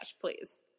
please